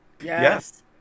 Yes